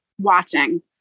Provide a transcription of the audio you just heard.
watching